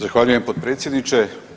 Zahvaljujem potpredsjedniče.